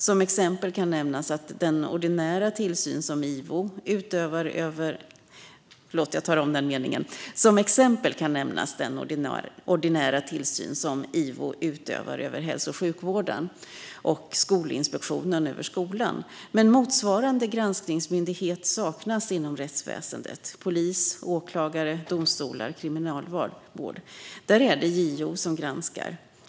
Som exempel kan nämnas den ordinära tillsyn som Ivo utövar över hälso och sjukvården och den som Skolinspektionen utövar över skolan. Men motsvarande granskningsmyndighet saknas inom rättsväsendet: polis, åklagare, domstolar och kriminalvård. Där är det JO som granskar.